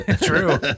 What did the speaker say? true